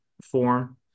form